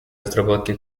разработке